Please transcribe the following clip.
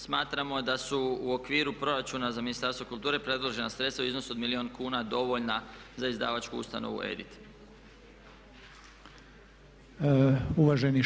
Smatramo da su u okviru proračuna za Ministarstvo kulture predložena sredstva u iznosu od milijun kuna dovoljna za izdavačku ustanovu "EDIT"